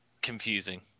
confusing